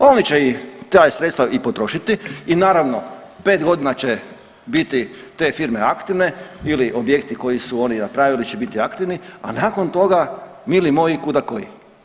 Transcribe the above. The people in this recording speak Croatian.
Oni će i ta sredstva potrošiti i naravno pet godina će biti te firme aktivne ili objekti koje su oni napravili će biti aktivni, a nakon toga mili moji kuda koji.